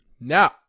now